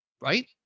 Right